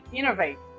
innovate